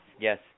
yes